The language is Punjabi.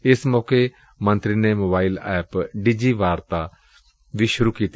ਏਸ ਮੌਕੇ ਮੰਤਰੀ ਨੇ ਮੋਬਾਈਲ ਐਪ ਡਿਜੀ ਵਾਰਤਾ ਵੀ ਸੁਰੁ ਕੀਤੀ